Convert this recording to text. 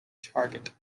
target